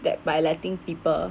that by letting people